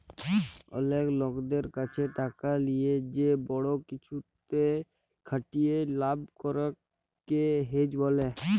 অলেক লকদের ক্যাছে টাকা লিয়ে যে বড় কিছুতে খাটিয়ে লাভ করাক কে হেজ ব্যলে